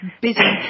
busy